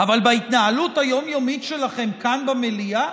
אבל בהתנהלות היום-יומית שלכם כאן במליאה